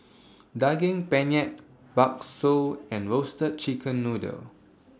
Daging Penyet Bakso and Roasted Chicken Noodle